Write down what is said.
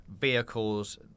vehicles